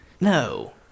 no